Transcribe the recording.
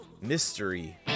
Mystery